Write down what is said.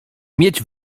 mieć